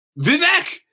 Vivek